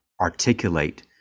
articulate